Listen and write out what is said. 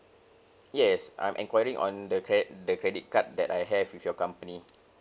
yes I'm enquiring on the cre~ the credit card that I have with your company